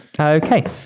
Okay